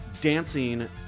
dancing